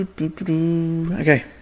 Okay